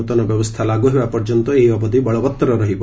ନ୍ତନ ବ୍ୟବସ୍ଥା ଲାଗ୍ର ହେବା ପର୍ଯ୍ୟନ୍ତ ଏହି ଅବଧି ବଳବତ୍ତର ରହିବ